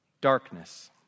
darkness